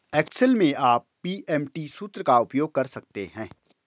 Excel में आप PMT सूत्र का उपयोग कर सकते हैं